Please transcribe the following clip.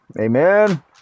Amen